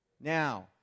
Now